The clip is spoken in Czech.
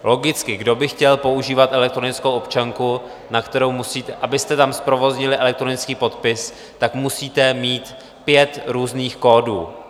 Logicky kdo by chtěl používat elektronickou občanku, na kterou, abyste tam zprovoznili elektronický podpis, musíte mít pět různých kódů?